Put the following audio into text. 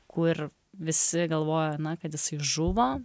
kur visi galvojo na kad jisai žuvo